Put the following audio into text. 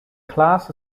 class